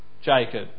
Jacob